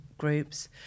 groups